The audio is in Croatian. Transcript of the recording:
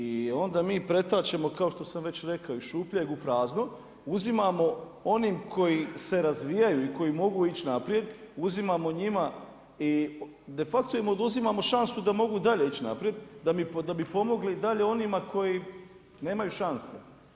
I onda mi pretačemo, kao što sam već rekao iz šupljeg u prazno, uzimamo onim koji se razvijaju i koji mogu ići naprijed, uzimamo njima i defacto im oduzimamo šansu da mogu dalje ići naprijed, da bi pomogli dalje onima koji nemaju šanse.